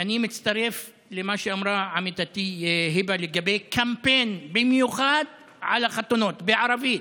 אני מצטרף למה שאמרה עמיתתי היבה לגבי קמפיין מיוחד על החתונות בערבית.